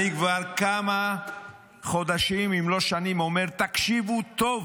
אני כבר כמה חודשים, אם לא שנים, אומר: תקשיבו טוב